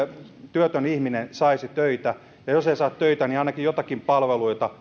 työtön ihminen saisi töitä ja jos ei saa töitä niin ainakin jotakin palveluita